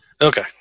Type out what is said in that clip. Okay